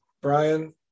Brian